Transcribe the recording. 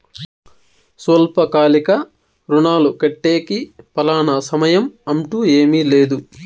స్వల్పకాలిక రుణాలు కట్టేకి ఫలానా సమయం అంటూ ఏమీ లేదు